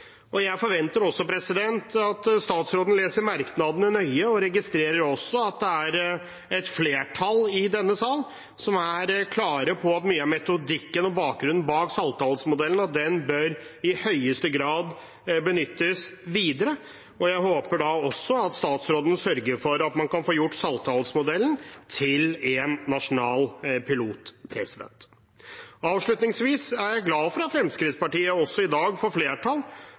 Jeg forventer også at statsråden leser merknadene nøye og registrerer også at det er et flertall i denne sal som er klar på at mye av metodikken bak Saltdalsmodellen i høyeste grad bør benyttes videre. Jeg håper da også at statsråden sørger for at man kan få gjort Saltdalsmodellen til en nasjonal pilot. Avslutningsvis er jeg glad for at Fremskrittspartiet også i dag får flertall